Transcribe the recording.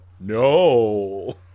no